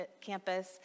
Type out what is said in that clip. Campus